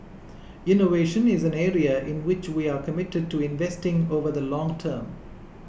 innovation is an area in which we are committed to investing over the long term